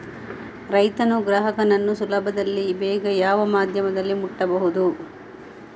ರೈತನು ಗ್ರಾಹಕನನ್ನು ಸುಲಭದಲ್ಲಿ ಬೇಗ ಯಾವ ಮಾಧ್ಯಮದಲ್ಲಿ ಮುಟ್ಟಬಹುದು?